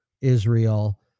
israel